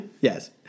yes